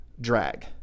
Drag